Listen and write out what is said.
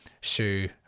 shoe